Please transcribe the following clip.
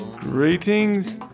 Greetings